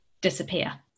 disappear